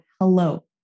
Hello